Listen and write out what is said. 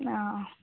ആ ആ